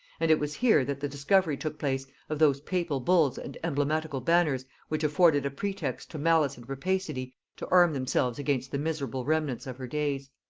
and it was here that the discovery took place of those papal bulls and emblematical banners which afforded a pretext to malice and rapacity to arm themselves against the miserable remnant of her days.